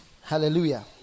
Hallelujah